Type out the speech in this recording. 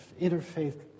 interfaith